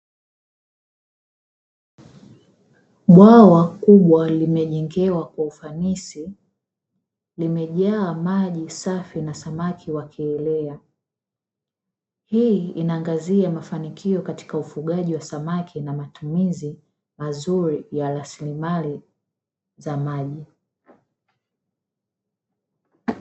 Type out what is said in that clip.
Bwawa kubwa limejengewa kwa ufanisi nimejaa maji safi na samaki wakielea, hii inaangazia mafanikio katika ufugaji wa samaki na matumizi mazuri ya rasilimali za maji.